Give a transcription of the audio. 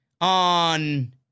on